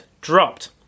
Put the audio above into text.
dropped